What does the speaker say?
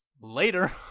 Later